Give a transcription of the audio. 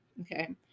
okay